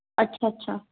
ਅੱਛਾ ਅੱਛਾ